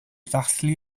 ddathlu